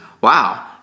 wow